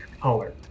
color